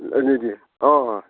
নিদিয়ে অঁ অঁ